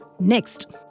Next